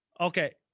Okay